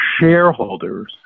shareholders